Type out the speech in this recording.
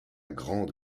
grande